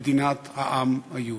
מדינת העם היהודי,